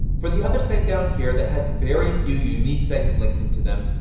for the other site down here that has very few unique sites linking to them,